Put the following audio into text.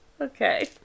Okay